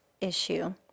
issue